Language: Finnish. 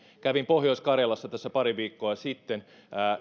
kävin pohjois karjalassa tässä pari viikkoa sitten